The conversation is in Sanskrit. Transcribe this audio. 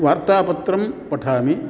वार्तापत्रं पठामि